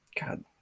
God